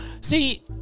See